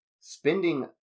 spending